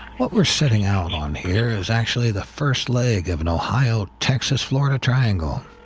what we're setting out on here is actually the first leg of an ohio, texas, florida triangle.